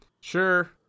sure